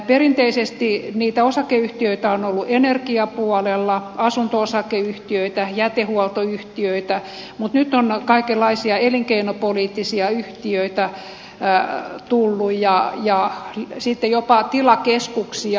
perinteisesti niitä osakeyhtiöitä on ollut energiapuolella asunto osakeyhtiöitä jätehuoltoyhtiöitä mutta nyt on kaikenlaisia elinkeinopoliittisia yhtiöitä tullut ja sitten jopa tilakeskuksia